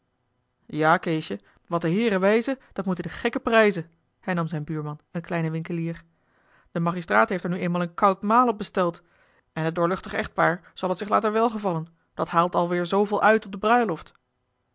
ja keesje wat de heeren wijzen dat moeten de gekken prijzen hernam zijn buurman een kleine winkelier de magistraat heeft er nu eenmaal een koud maal op besteld en het doorluchtig echtpaar zal het zich laten welgevallen dat haalt alweer zooveel uit op de bruiloft